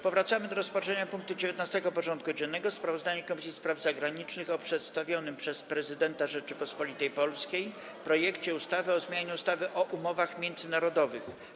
Powracamy do rozpatrzenia punktu 19. porządku dziennego: Sprawozdanie Komisji Spraw Zagranicznych o przedstawionym przez Prezydenta Rzeczypospolitej Polskiej projekcie ustawy o zmianie ustawy o umowach międzynarodowych.